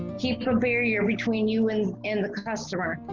keep a barrier between you and and the customer.